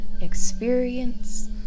experience